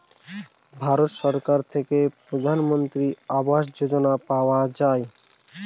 ভারত সরকার থেকে প্রধানমন্ত্রী আবাস যোজনা পাওয়া যায়